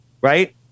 right